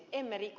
emme riko